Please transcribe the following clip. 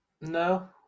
No